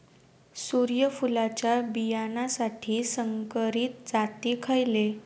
सूर्यफुलाच्या बियानासाठी संकरित जाती खयले?